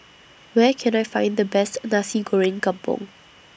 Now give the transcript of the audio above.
Where Can I Find The Best Nasi Goreng Kampung